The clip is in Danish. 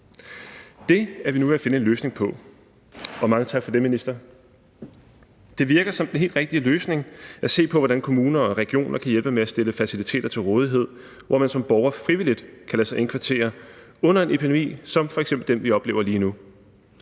Det er vi nu ved at finde en løsning på, og mange tak for det, minister. Det virker som den helt rigtige løsning at se på, hvordan kommuner og regioner kan hjælpe med at stille faciliteter til rådighed, hvor man som borger frivilligt kan lade sig indkvartere under en epidemi som f.eks. den, vi oplever lige nu.